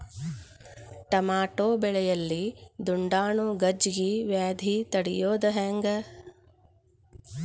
Tomato ಬೆಳೆಯಲ್ಲಿ ದುಂಡಾಣು ಗಜ್ಗಿ ವ್ಯಾಧಿ ತಡಿಯೊದ ಹೆಂಗ್?